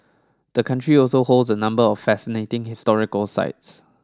the country also holds a number of fascinating historical sites